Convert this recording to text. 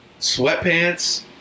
Sweatpants